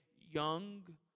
young